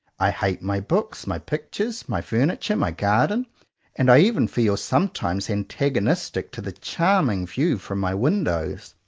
i hate my books, my pictures, my furniture, my garden and i even feel sometimes antagonistic to the charming view from my windows,